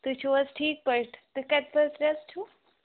تُہۍ چھُو حظ ٹھیٖک پٲٹھۍ تُہۍ کَتہِ حظ پٮ۪ٹھ چھُو